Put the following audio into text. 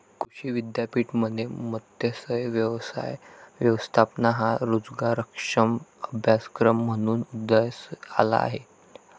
कृषी विद्यापीठांमध्ये मत्स्य व्यवसाय व्यवस्थापन हा रोजगारक्षम अभ्यासक्रम म्हणून उदयास आला आहे